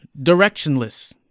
directionless